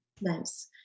Nice